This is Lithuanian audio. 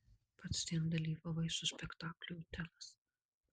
pats ten dalyvavai su spektakliu otelas